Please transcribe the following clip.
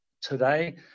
today